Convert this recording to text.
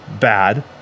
bad